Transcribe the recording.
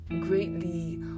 greatly